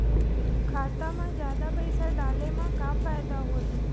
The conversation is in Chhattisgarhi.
खाता मा जादा पईसा डाले मा का फ़ायदा होही?